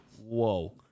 whoa